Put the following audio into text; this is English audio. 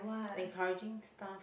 encouraging stuff